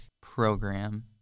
program